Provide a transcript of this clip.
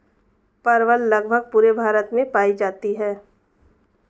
परवल लगभग पूरे भारत में पाई जाती है